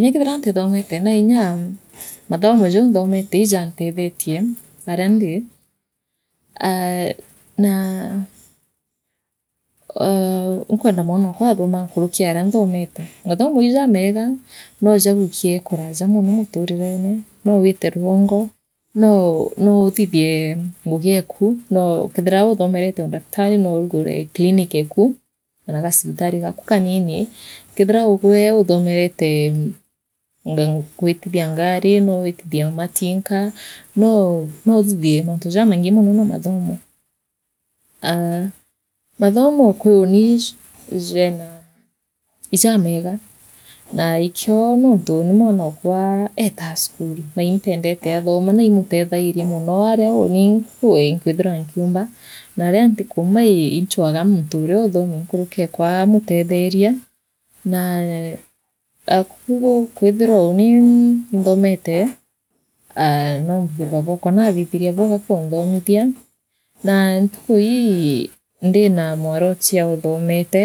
nya kethira ntithomete nainya mathomo jau nthomete ijantethetie aria ndi aah naah aah inkwenda mwanokwa aathoma nkurukiea na nthomete mathomo ijameega noojagwikie kuranja mono muturirene noo wiite rwongo noo nouthithie ngugi eeku noo kethira uthomerete udaktari nourugure clinic eka kana gasibitari gaaku kaanini kethirwa ujugwe uthomerete mbe guitithia ngari noowitithie matinka noo nouthitiagie mantu jamaingi mono na mathomo aah mathomo kwiuni jenaa ijameega naa ikio nontu uuni mwanokwa etetaa cukuru naimpendete athoma na imutethairia mono ara ucini nkwi nkwithira nkiumba naaria ntikuu ii inchwaga muntu uria athomi nkurukiekwa aamutetheria naa ua kwithirwa uuni inthomete aa nontu babokwa naanthithirie bwega kunthomithia naa ntukuli ndima mwaruchia uthomete.